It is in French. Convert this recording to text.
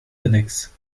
annexes